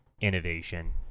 innovation